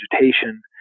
vegetation